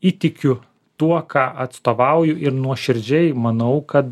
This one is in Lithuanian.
įtikiu tuo ką atstovauju ir nuoširdžiai manau kad